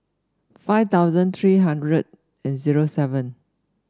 five thousand three hundred and zero seven